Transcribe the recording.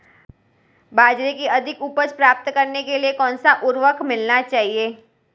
बाजरे की अधिक उपज प्राप्त करने के लिए कौनसा उर्वरक मिलाना चाहिए?